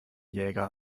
jäger